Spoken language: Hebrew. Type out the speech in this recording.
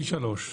פי שלושה.